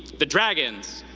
the dragons,